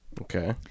Okay